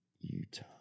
utah